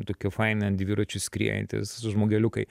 tokie faini ant dviračių skriejantys žmogeliukai